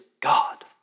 God